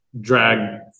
drag